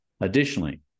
Additionally